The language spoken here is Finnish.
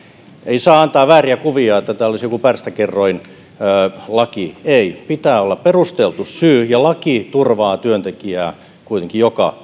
ei saa antaa vääriä kuvia että tämä olisi joku pärstäkerroinlaki ei pitää olla perusteltu syy ja laki turvaa työntekijää kuitenkin joka